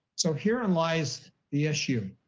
so here and lies the issue.